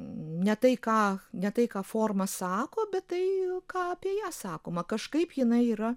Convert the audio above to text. ne tai ką ne tai ką forma sako bet tai ką apie ją sakoma kažkaip jinai yra